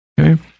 okay